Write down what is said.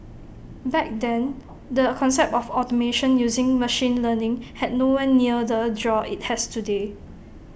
back then the concept of automation using machine learning had nowhere near the A draw IT has today